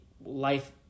life